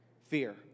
Fear